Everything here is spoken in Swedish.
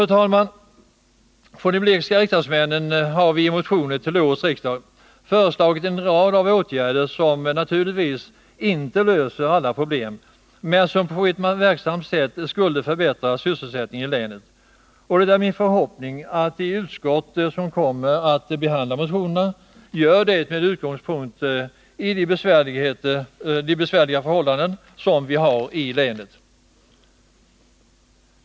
Vi riksdagsledamöter från Blekinge län har i motioner till årets riksmöte föreslagit en rad åtgärder, som naturligtvis inte löser alla problem men som på ett verksamt sätt skulle förbättra sysselsättningen i länet. Det är min förhoppning att de utskott som kommer att behandla motionerna gör det med utgångspunkt i de besvärliga förhållanden som vi har i länet.